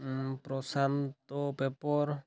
Prashant paper